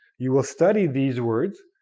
you will study these words.